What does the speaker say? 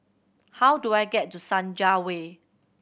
how do I get to Senja Way